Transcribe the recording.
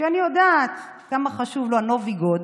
שאני יודעת כמה חשוב לו הנובי גוד,